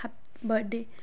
happy birthday